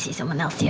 someone else